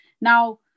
now